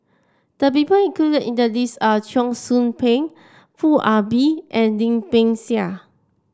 the people included in the list are Cheong Soo Pieng Foo Ah Bee and Lim Peng Siang